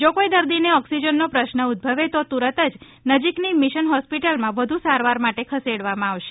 જો કોઈ દર્દીને ઓક્સિજનનો પ્રશ્ન ઉદભવે તો તુરત જ નજીકની મિશન હોસ્પિટલમાં વધુ સારવાર માટે ખસેડવામાં આવશે